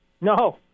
No